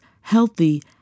healthy